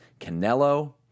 Canelo